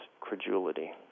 credulity